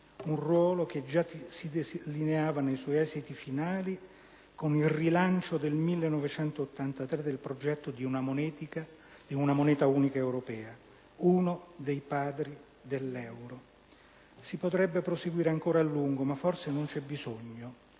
un ruolo che già si delineava nei suoi esiti finali con il rilancio nel 1983 del progetto di una moneta unica europea. Uno dei padri dell'euro, insomma. "Si potrebbe proseguire ancora a lungo, ma forse non c'è bisogno.